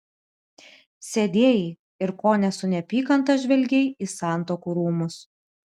sėdėjai ir kone su neapykanta žvelgei į santuokų rūmus